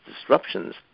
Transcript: disruptions